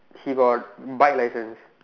he got bike license